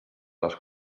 les